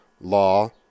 law